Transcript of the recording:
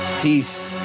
Peace